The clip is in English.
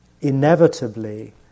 inevitably